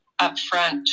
upfront